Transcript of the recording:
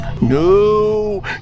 no